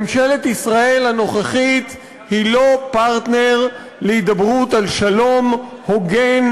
ממשלת ישראל הנוכחית היא לא פרטנר להידברות על שלום הוגן,